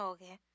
Okay